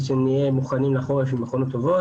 שנהיה מוכנים לחורף עם מכונות טובות.